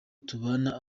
tubana